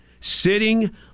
sitting